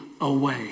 away